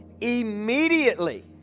Immediately